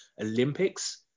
Olympics